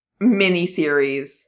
miniseries